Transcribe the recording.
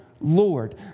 Lord